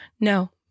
No